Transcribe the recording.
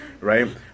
right